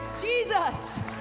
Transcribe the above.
Jesus